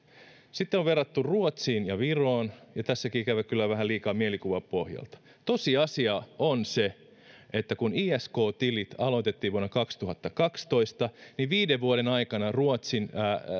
sitten on verrattu ruotsiin ja viroon ja tässäkin ikävä kyllä vähän liikaa mielikuvapohjalta tosiasia on se että kun isk tilit aloitettiin vuonna kaksituhattakaksitoista niin viiden vuoden aikana ruotsin